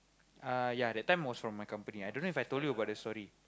uh ya that time was from my company I don't know If I told you about the story